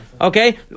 Okay